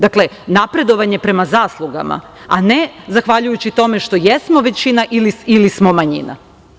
Dakle, napredovanje prema zaslugama, a ne zahvaljujući tome što jesmo većina ili smo manjina.